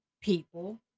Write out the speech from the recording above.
people